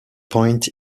point